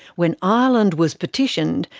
when ireland was partitioned,